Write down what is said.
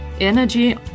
energy